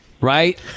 Right